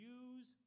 use